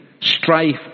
strife